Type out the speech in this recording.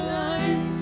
life